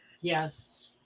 Yes